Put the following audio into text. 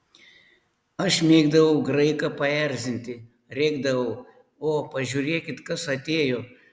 aš mėgdavau graiką paerzinti rėkdavau o pažiūrėkit kas atėjo